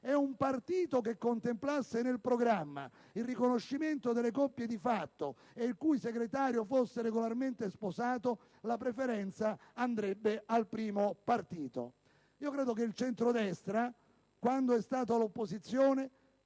e un partito che contemplasse nel programma il riconoscimento delle coppie di fatto, il cui segretario fosse regolarmente sposato, la preferenza andrebbe al primo partito». Io credo che il centrodestra, quando è stato all'opposizione,